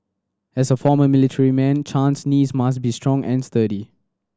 as a former military man Chan's knees must be strong and sturdy